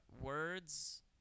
words